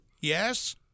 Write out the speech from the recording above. Yes